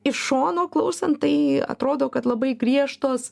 iš šono klausant tai atrodo kad labai griežtos